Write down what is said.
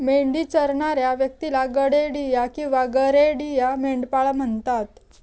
मेंढी चरणाऱ्या व्यक्तीला गडेडिया किंवा गरेडिया, मेंढपाळ म्हणतात